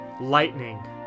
lightning